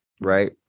Right